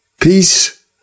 peace